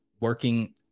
working